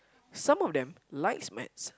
some of them likes math